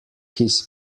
his